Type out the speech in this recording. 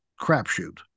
crapshoot